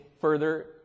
further